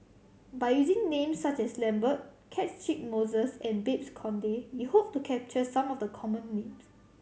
by using names such as Lambert Catchick Moses and Babes Conde we hope to capture some of the common names